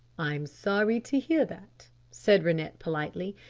i'm sorry to hear that, said rennett politely.